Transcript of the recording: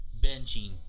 benching